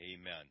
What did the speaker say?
Amen